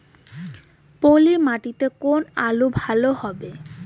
পলি মাটিতে কোন আলু ভালো হবে?